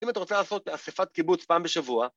‫אם אתה רוצה לעשות ‫אסיפת קיבוץ פעם בשבוע...